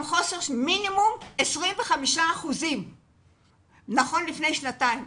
קיים חוסר בכוח אדם של מינימום 25% שייתן מענה.